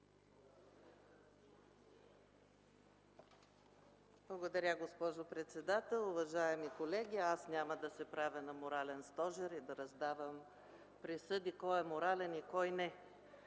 Благодаря, госпожо председател. Уважаеми колеги, аз няма да се правя на морален стожер и да раздавам присъди кой е морален и кой –